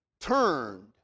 turned